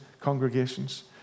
congregations